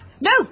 No